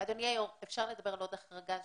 אדוני היושב ראש, אפשר לדבר על עוד החרגה שנדרשת?